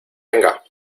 venga